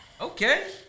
Okay